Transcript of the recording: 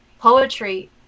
poetry